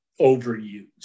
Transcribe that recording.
overuse